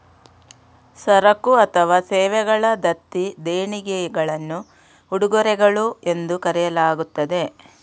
ಸರಕು ಅಥವಾ ಸೇವೆಗಳ ದತ್ತಿ ದೇಣಿಗೆಗಳನ್ನು ಉಡುಗೊರೆಗಳು ಎಂದು ಕರೆಯಲಾಗುತ್ತದೆ